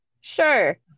Sure